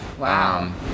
Wow